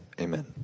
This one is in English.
Amen